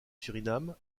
suriname